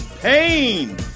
pain